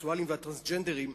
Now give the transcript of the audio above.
הביסקסואלים והטרנסג'נדרים,